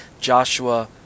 Joshua